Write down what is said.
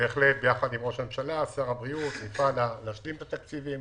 יחד עם ראש הממשלה ושר הבריאות נפעל להשלים את התקציבים